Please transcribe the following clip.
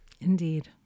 indeed